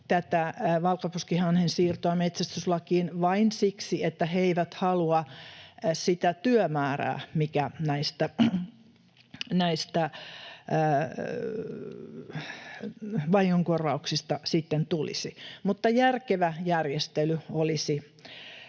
tätä valkoposkihanhen siirtoa metsästyslakiin vain siksi, että he eivät halua sitä työmäärää, mikä näistä vahingonkorvauksista sitten tulisi. Mutta järkevä järjestely olisi